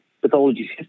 pathology